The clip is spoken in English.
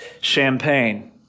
champagne